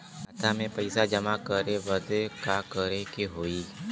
खाता मे पैसा जमा करे बदे का करे के होई?